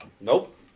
Nope